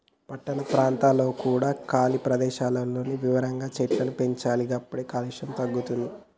పట్టణ ప్రాంతాలలో కూడా ఖాళీ ప్రదేశాలలో విరివిగా చెట్లను పెంచాలి గప్పుడే కాలుష్యం తగ్గుద్ది